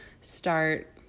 start